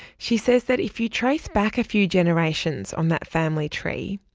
she says that if you trace back a few generations on that family tree,